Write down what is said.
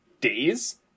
Days